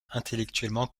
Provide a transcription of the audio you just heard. intellectuellement